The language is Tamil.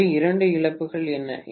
எனவே இரண்டு இழப்புகள் என்ன